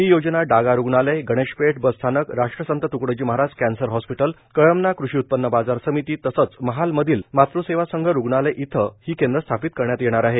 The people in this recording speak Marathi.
ही योजना डागा रूग्णालय गणेशपेठ बसस्थानक राष्ट्रसंत तुकडोजी महाराज कॅन्सर हॉस्पीटल कळमना कृषी उत्पन्न बाजार समिती तसेच महाल मधील मातृसेवा संघ रूग्णालय येथे ही केंद्र स्थापित करण्यात येणार आहे